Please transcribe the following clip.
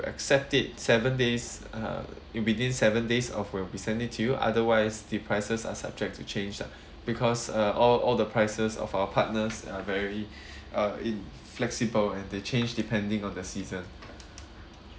accept it seven days uh within seven days of when we send it to you otherwise the prices are subject to change ah because uh all all the prices of our partners are very uh inflexible and they change depending on the season